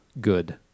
good